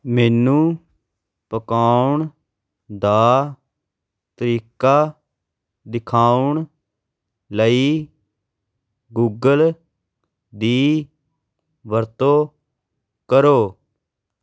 ਮੈਨੂੰ ਪਕਾਉਣ ਦਾ ਤਰੀਕਾ ਦਿਖਾਉਣ ਲਈ ਗੁੱਗਲ ਦੀ ਵਰਤੋਂ ਕਰੋ